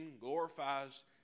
glorifies